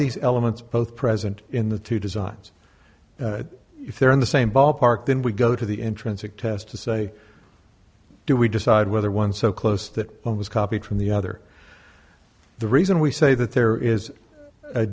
these elements both present in the two designs if they're in the same ballpark then we go to the intrinsic test to say do we decide whether one so close that one was copied from the other the reason we say that there is a